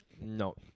No